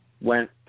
Went